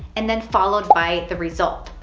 and then followed by the result.